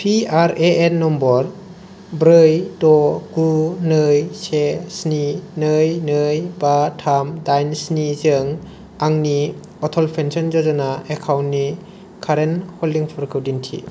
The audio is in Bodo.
P R A N number ब्रै ड' गु नै से स्नि नै नै बा थाम डाइन स्निजों आंनि अटल पेन्सन य'जना एकाउन्टनि कारेन्ट हल्डिंफोरखौ दिन्थि